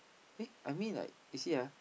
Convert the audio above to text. eh I mean like you see ah